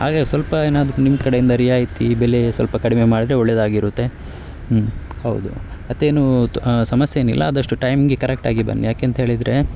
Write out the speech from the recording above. ಹಾಗಾಗಿ ಸ್ವಲ್ಪ ಏನಾದರೂ ನಿಮ್ಮ ಕಡೆಯಿಂದ ರಿಯಾಯಿತಿ ಬೆಲೆ ಸ್ವಲ್ಪ ಕಡಿಮೆ ಮಾಡಿದರೆ ಒಳ್ಳೆಯದಾಗಿರುತ್ತೆ ಹ್ಞೂ ಹೌದು ಮತ್ತೇನೂ ಸಮಸ್ಯೆ ಏನಿಲ್ಲ ಆದಷ್ಟು ಟೈಮ್ಗೆ ಕರೆಕ್ಟಾಗಿ ಬನ್ನಿ ಯಾಕೆ ಅಂತೇಳಿದರೆ